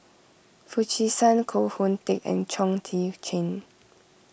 Foo Chee San Koh Hoon Teck and Chong Tze Chien